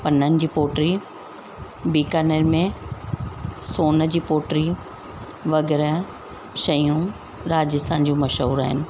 पननि जी पॉटरी बीकानेर में सोन जी पॉटरी वग़ैरह शयूं राजस्थान जी मशहूरु आहिनि